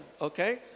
okay